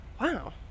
Wow